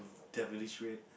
devilish red